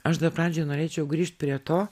aš dar pradžioj norėčiau grįžt prie to